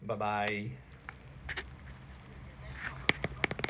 bye bye